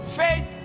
faith